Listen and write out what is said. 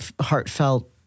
heartfelt